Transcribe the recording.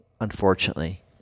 unfortunately